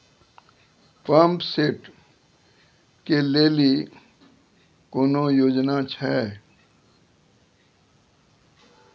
Pump set केलेली कोनो योजना छ?